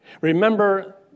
Remember